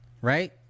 right